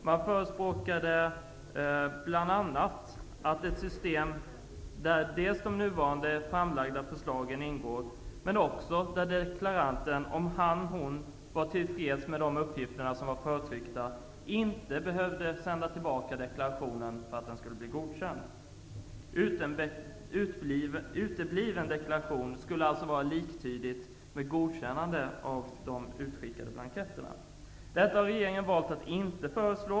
Man förespråkade bl.a. ett system där de nu framlagda förslagen ingår, men också att deklaranten, om han eller hon var tillfreds med de uppgifter som var förtryckta, inte behövde sända tillbaka deklarationen för att den skulle bli godkänd. Utebliven deklaration skulle alltså vara liktydigt med godkännande av uppgifterna på de utskickade blanketterna. Detta har regeringen valt att inte föreslå.